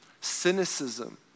Cynicism